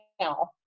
now